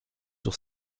sur